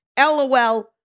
LOL